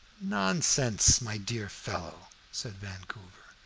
nonsense, my dear fellow, said vancouver,